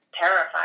terrified